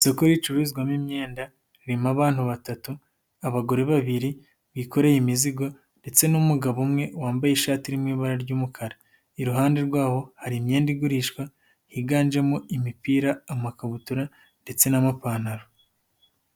Isoko ricururizwamo imyenda, ririmo abantu batatu, abagore babiri, bikoreye imizigo ndetse n'umugabo umwe wambaye ishati iri mu ibara ry'umukara, iruhande rwabo, hari imyenda igurishwa, higanjemo imipira, amakabutura ndetse n'amapantaro.